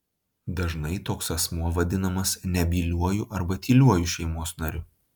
dažnai toks asmuo vadinamas nebyliuoju arba tyliuoju šeimos nariu